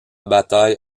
bataille